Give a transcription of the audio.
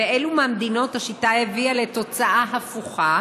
2. באילו מהמדינות השיטה הביאה לתוצאה הפוכה